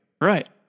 Right